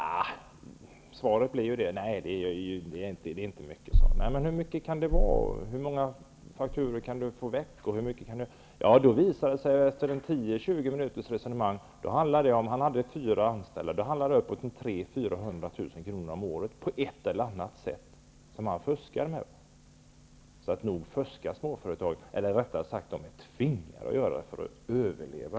Svaret blev ju att det inte var fråga om så mycket. Jag frågade då hur många fakturor det kunde vara fråga om. Efter 10--20 minuters resonemang visade det sig att denna småföretagare med 4 anställda på ett eller annat sätt fuskade genom att utföra svarta jobb för 300 000--400 000 om året. Nog fuskas det bland småföretag. Rättare sagt: de är tvingade till det för att överleva.